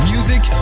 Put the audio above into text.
Music